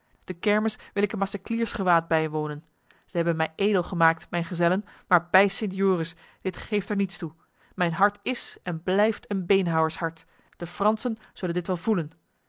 de kermis wil ik in macecliersgewaad bijwonen zij hebben mij edel gemaakt mijn gezellen maar bij sint joris dit geeft er niets toe mijn hart is en blijft een beenhouwershart de fransen zullen dit wel voelen